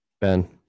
Ben